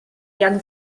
jak